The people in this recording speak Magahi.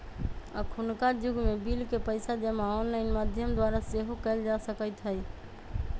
अखुन्का जुग में बिल के पइसा जमा ऑनलाइन माध्यम द्वारा सेहो कयल जा सकइत हइ